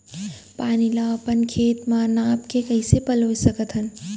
पानी ला अपन खेत म नाप के कइसे पलोय सकथन?